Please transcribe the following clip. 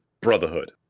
Brotherhood